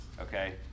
okay